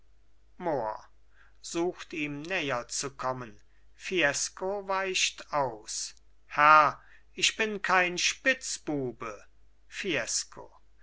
sucht ihm näher zu kommen fiesco weicht aus herr ich bin kein spitzbube fiesco